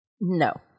No